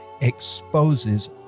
exposes